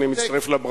אני מצטרף לברכות